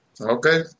Okay